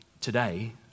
today